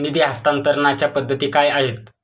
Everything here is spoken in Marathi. निधी हस्तांतरणाच्या पद्धती काय आहेत?